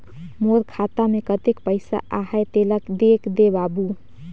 मोर खाता मे कतेक पइसा आहाय तेला देख दे बाबु?